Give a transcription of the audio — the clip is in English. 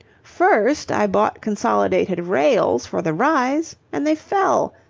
first i bought consolidated rails for the rise, and they fell.